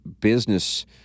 business